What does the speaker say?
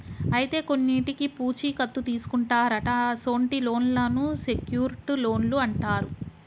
అయితే కొన్నింటికి పూచీ కత్తు తీసుకుంటారట అసొంటి లోన్లను సెక్యూర్ట్ లోన్లు అంటారు